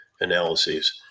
analyses